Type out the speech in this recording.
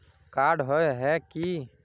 Card होय है की?